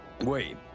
Wait